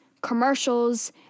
commercials